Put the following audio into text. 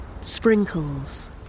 Sprinkles